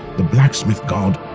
the blacksmith god,